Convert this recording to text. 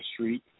street